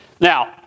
Now